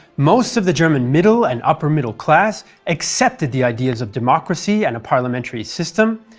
most of the german middle and upper middle class accepted the ideas of democracy and a parliamentary system,